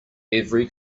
every